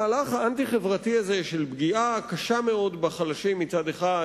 המהלך האנטי-חברתי הזה של פגיעה קשה מאוד בחלשים מצד אחד,